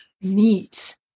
Neat